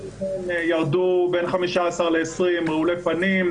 ירדו בין 15 ל-20 רעולי פנים,